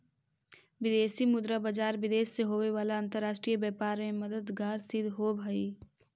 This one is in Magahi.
विदेशी मुद्रा बाजार विदेश से होवे वाला अंतरराष्ट्रीय व्यापार में मददगार सिद्ध होवऽ हइ